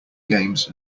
games